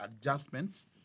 adjustments